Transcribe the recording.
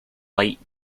light